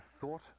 thought